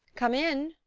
come in.